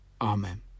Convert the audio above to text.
Amen